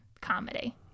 comedy